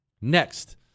Next